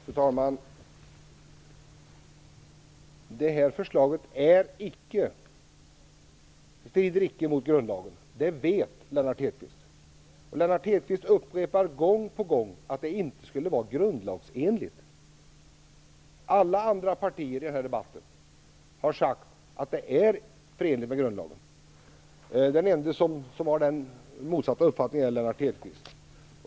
Fru talman! Det här förslaget strider icke mot grundlagen. Det vet Lennart Hedquist. Ändå upprepar han gång på gång att det inte skulle vara grundlagsenligt. Alla andra partier i den här debatten har sagt att det är förenligt med grundlagen - den ende som har motsatt uppfattning är Lennart Hedquist.